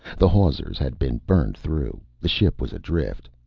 the hawsers had been burned through, the ship was adrift,